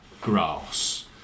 grass